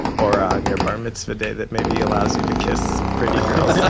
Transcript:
aura on your bar mitzvah day that maybe allows you to kiss pretty girls, yeah